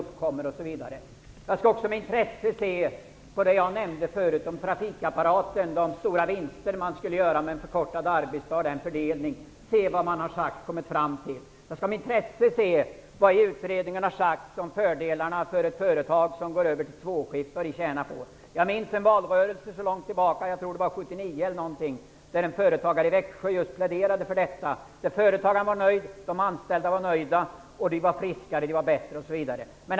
Jag skall också när det gäller trafikapparaten med intresse studera de stora vinster som skulle kunna göras genom en förkortad arbetstid. Jag skall med intresse se vad utredningen har sagt om fördelarna för ett företag som går över till tvåskift. Jag minns valrörelsen 1979, då en företagare i Växjö pläderade just för detta. Företagaren var nöjd, och de anställda var nöjda. Det var bättre och de blev friskare.